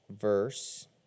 verse